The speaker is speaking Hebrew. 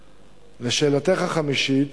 5. לשאלתך החמישית,